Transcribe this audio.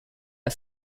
are